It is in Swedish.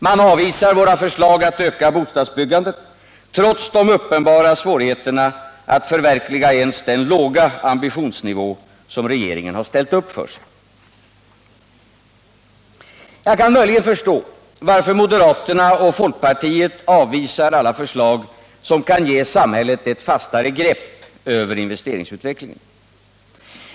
Man avvisar våra förslag att öka bostadsbyggandet, trots de uppenbara svårigheterna att förverkliga ens den låga ambitionsnivå som regeringen har ställt upp för sig. Jag kan möjligen förstå varför moderata samlingspartiet och folkpartiet avvisar alla förslag, som kan ge samhället ett fastare grepp över investeringsutvecklingen.